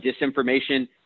disinformation